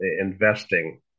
investing